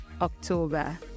October